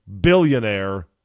billionaire